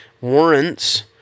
warrants